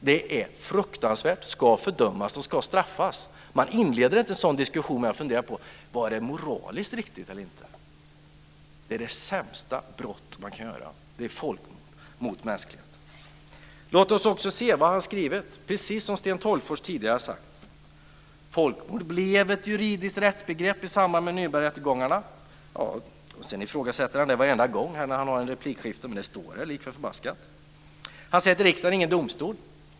Det är fruktansvärt och ska fördömas och straffas. Man inleder inte en diskussion med att fundera på om det var moraliskt riktigt eller inte. Det grövsta brott mot mänskligen som man kan begå är folkmord. Låt oss också se på vad han skrivit. Precis som Sten Tolgfors tidigare har sagt blev folkmord ett juridiskt rättsbegrepp i samband med Nürnbergrättegångarna. Murad ifrågasätter sedan det varenda gång han går upp i ett replikskifte, men det står där lika förbaskat. Murad Artin säger också att riksdagen inte är någon domstol.